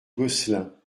gosselin